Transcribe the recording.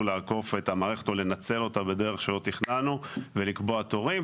לעקוף את המערכת או לנצל אותה בדרך שלא תכננו ולקבוע תורים.